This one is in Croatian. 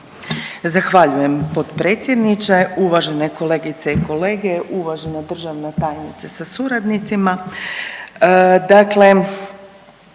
Zahvaljujem potpredsjedniče. Uvažene kolegice i kolege, uvažena državna tajnice sa suradnicima,